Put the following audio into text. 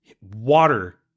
water